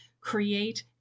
create